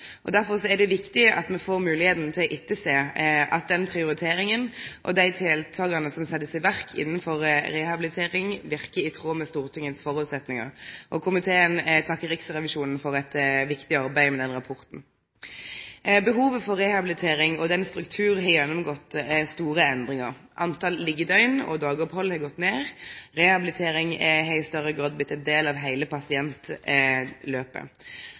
og i budsjettproposisjonar stilt krav til at fagfeltet skal styrkjast. Derfor er det viktig at me får moglegheit til å sjå etter om den prioriteringa og dei tiltaka som blir sette i verk innafor rehabilitering, verkar i tråd med Stortingets føresetnader. Komiteen takkar Riksrevisjonen for eit viktig arbeid med denne rapporten. Behovet for rehabilitering – og strukturen – har gjennomgått store endringar. Talet på liggjedøgn og dagsopphald har gått ned, og rehabilitering har i større grad blitt ein del av heile pasientløpet.